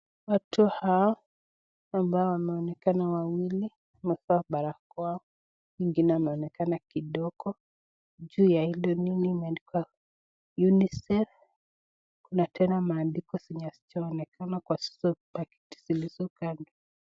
Watu hawa ambao wameonekana wawili wamevaa barakoa, mwengine ameonekana kidogo, juu ya hile pakiti imeandikwa unicef, kuna tena maandiko haijaonekana kwa hizo pakiti zilizo kando.